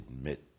admit